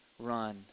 run